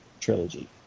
trilogy